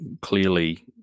clearly